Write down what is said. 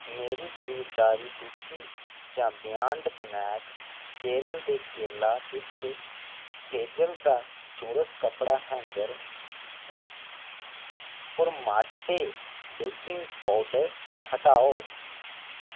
मेरी खरीदारी सूची चा बियांड स्नैक केरल दे केला चिप्स हेज़ल दा चौरस कपड़ा हैंगर ते पुरमाटे बेकिंग पौडर हटाओ